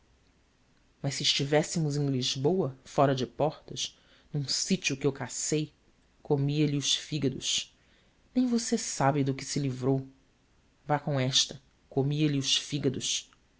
mas se estivéssemos em lisboa fora de portas num sitio que eu cá sei comia lhe os fígados nem você sabe de que se livrou vá com esta comia lhe os fígados